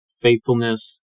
faithfulness